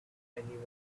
anyone